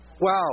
Wow